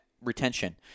retention